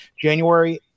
January